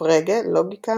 'פרגה לוגיקה,